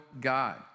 God